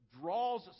draws